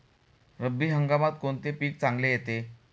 रब्बी हंगामात कोणते पीक चांगले येते?